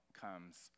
comes